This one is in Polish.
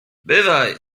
bywaj